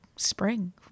Spring